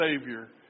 Savior